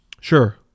sure